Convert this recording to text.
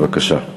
בבקשה.